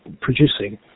producing